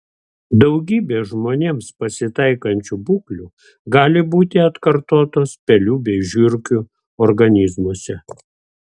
daugybė žmonėms pasitaikančių būklių gali būti atkartotos pelių bei žiurkių organizmuose